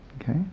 okay